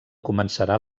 començarà